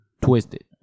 twisted